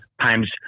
times